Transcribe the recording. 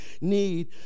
need